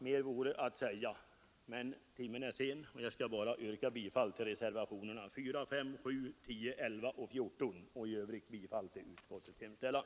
Mer vore att säga, men timmen är sen och jag skall bara yrka bifall till reservationerna 4, 5, 7, 10, 11 och 14 samt i övrigt till utskottets hemställan.